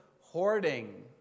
hoarding